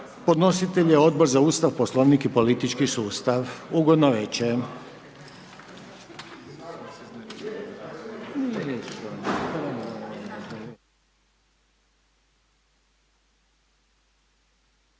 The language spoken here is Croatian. podnositelj je Odbor za Ustav, Poslovnik i politički sustav. Ugodna večer.